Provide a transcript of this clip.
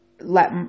let